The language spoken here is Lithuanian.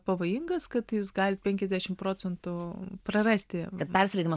pavojingas kad jis gali penkiasdiašim proventų prarasti